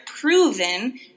proven